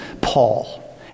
Paul